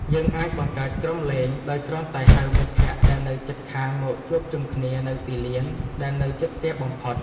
យើងអាចបង្កើតក្រុមលេងដោយគ្រាន់តែហៅមិត្តភក្តិដែលនៅជិតខាងមកជួបជុំគ្នានៅទីលានដែលនៅជិតផ្ទះបំផុត។